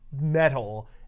metal